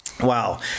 Wow